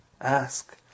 ask